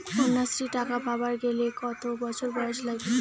কন্যাশ্রী টাকা পাবার গেলে কতো বছর বয়স লাগে?